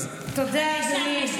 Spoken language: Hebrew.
תודה רבה.